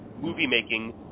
movie-making